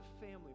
family